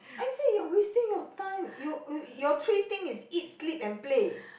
I say you're wasting your time you your three thing is eat sleep and play